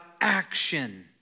action